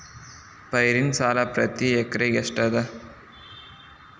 ಪೈರಿನ ಸಾಲಾ ಪ್ರತಿ ಎಕರೆಗೆ ಎಷ್ಟ ಅದ?